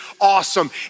awesome